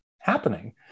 happening